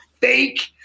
fake